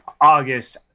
August